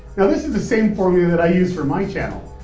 now this is the same formula that i use for my channel.